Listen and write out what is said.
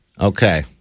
Okay